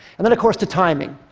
and then of course, the timing.